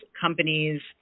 companies